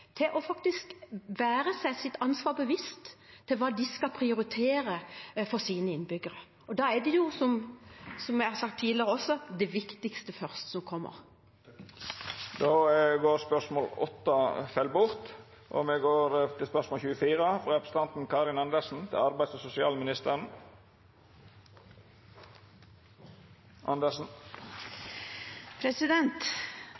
seg sitt ansvar bevisst om hva de skal prioritere for sine innbyggere. Da er det jo, som jeg har sagt tidligere også, det viktigste som kommer først. Dette spørsmålet fell bort. «Stortinget har pålagt regjeringen å bedre pleiepengeordningen. Budsjettet kom, og